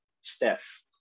Steph